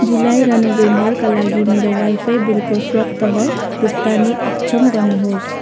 जुलाई र नोभेम्बरका लागि मेरो वाइफाई बिलको स्वत भुक्तानी अक्षम गर्नुहोस्